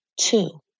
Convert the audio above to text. Two